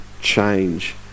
change